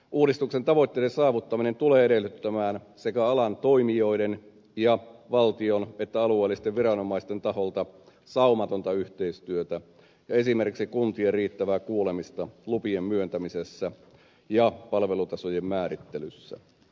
uudistuksen tavoitteiden saavuttaminen tulee edellyttämään sekä alan toimijoiden ja valtion että alueellisten viranomaisten taholta saumatonta yhteistyötä esimerkiksi kuntien riittävää kuulemista lupien myöntämisessä ja palvelutasojen määrittelyssä